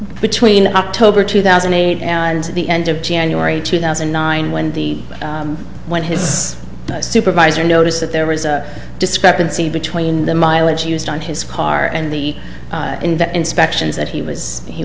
between october two thousand and eight and the end of january two thousand and nine when the when his supervisor noticed that there was a discrepancy between the mileage used on his car and the in that inspections that he was he